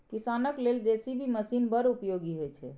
किसानक लेल JCB machine बड़ उपयोगी होइ छै